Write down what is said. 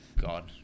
God